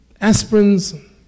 aspirins